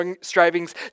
strivings